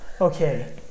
Okay